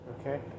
okay